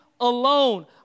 alone